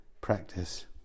practice